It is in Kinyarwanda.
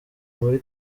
muri